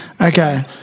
Okay